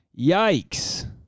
Yikes